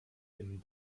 dem